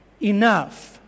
enough